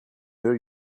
ear